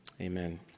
Amen